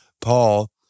Paul